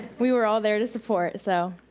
we were all there to support, so.